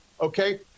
okay